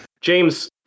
james